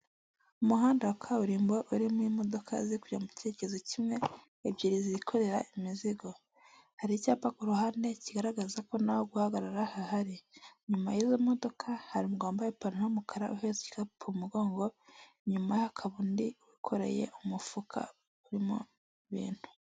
Umuhanda wa kaburimbo urimo imodoka ziri kujya mu cyerekezo kimwe ,ebyiri zikorera imizigo. Hari icyapa ku ruhande kigaragaza ko ntaho guhagarara hahari ,inyuma y'izo modoka hari uwambaye ipantaro y'umukara n'igikapu ku mugongo ,nyuma hakaba undi wikoreye umufuka urimo ibintu .